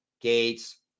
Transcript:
Gates